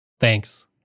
Thanks